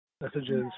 messages